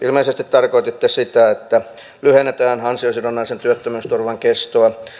ilmeisesti tarkoititte sitä että lyhennetään ansiosidonnaisen työttömyysturvan kestoa